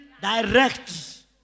direct